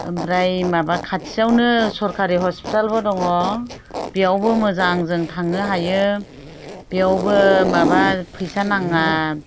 ओमफ्राय माबा खाथियावनो सोरखारि हस्पिटालबो दङ बेयावबो मोजां जों थांनो हायो बेयावबो माबा फैसा नाङा